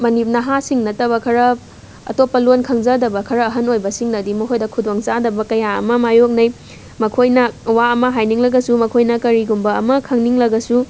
ꯅꯍꯥꯁꯤꯡ ꯅꯠꯇꯕ ꯑꯇꯣꯞꯄ ꯂꯣꯟ ꯈꯪꯖꯗꯕ ꯈꯔ ꯑꯍꯟ ꯑꯣꯏꯕꯁꯤꯡꯅꯗꯤ ꯃꯈꯣꯏꯗ ꯈꯨꯗꯣꯡ ꯆꯥꯗꯕ ꯀꯌꯥ ꯑꯃ ꯃꯥꯏꯌꯣꯛꯅꯩ ꯃꯈꯣꯏꯅ ꯋꯥ ꯑꯃ ꯍꯥꯏꯅꯤꯡꯂꯒꯁꯨ ꯃꯈꯣꯏꯅ ꯀꯔꯤꯒꯨꯝꯕ ꯑꯃ ꯈꯪꯅꯤꯡꯂꯒꯁꯨ